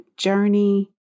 Journey